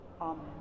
Amen